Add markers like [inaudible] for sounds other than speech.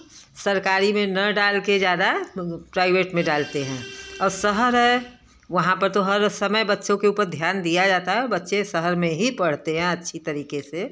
सरकारी में न डाल कर ज़्यादा [unintelligible] प्राइवेट में डालते हैं और शहर है वहाँ पर तो हर समय बच्चों के ऊपर ध्यान दिया जाता है और बच्चे शहर में ही पढ़ते हैं अच्छी तरीके से